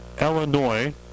Illinois